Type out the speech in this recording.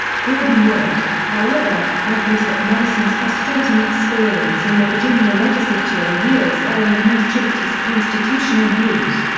gordon wood, however, argues that madison's frustrating experience in the virginia legislature years earlier most shaped his constitutional views.